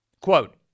Quote